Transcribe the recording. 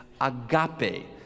Agape